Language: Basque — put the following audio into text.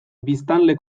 biztanle